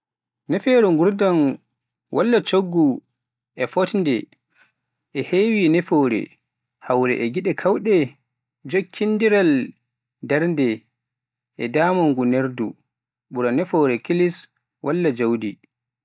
Nafoore nguurndam walla coggu, e fotndi, e heewi nafoore, hawra e geɗe keewɗe, jokkondiral, darnde, e ndimaagu neɗɗo, ɓura nafoore kaalis walla jawdi.